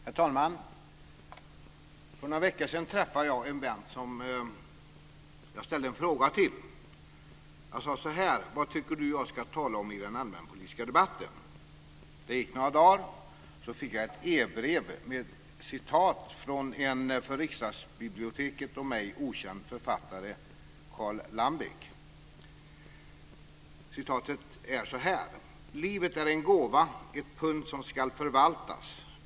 Herr talman! För någon vecka sedan träffade jag en vän som jag ställde en fråga till. Jag sade: Vad tycker du att jag ska tala om i den allmänpolitiska debatten? Det gick några dagar. Så fick jag ett e-brev med ett citat från en för Riksdagsbiblioteket och mig okänd författare, Carl Lambek. Citatet lyder så här: "Livet är en gåva, ett pund, som ska förvaltas.